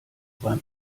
beim